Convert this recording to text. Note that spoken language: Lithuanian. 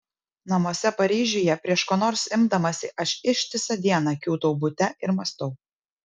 namuose paryžiuje prieš ko nors imdamasi aš ištisą dieną kiūtau bute ir mąstau